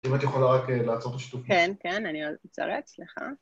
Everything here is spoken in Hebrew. ‫אם את יכולה רק לעצור את השיתופים. ‫-כן, כן, אני עוצרת סליחה.